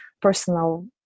personal